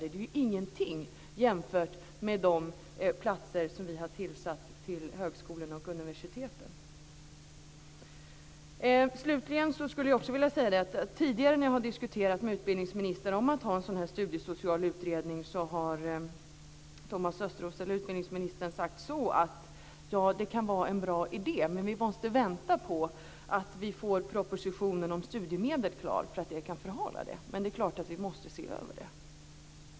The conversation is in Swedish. Det är ju ingenting jämfört med de platser som vi har tilldelat högskolorna och universiteten. Slutligen skulle jag också vilja säga att tidigare när jag har diskuterat med utbildningsministern om att ha en sådan här studiesocial utredning har utbildningsministern sagt att det kan vara en bra idé, men att vi måste vänta på att propositionen om studiemedlen blir klar eftersom det kan förhala det, men det är klart att vi måste se över det.